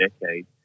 decade